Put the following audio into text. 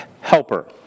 helper